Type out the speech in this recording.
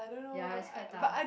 ya it's quite tough